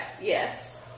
Yes